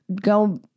go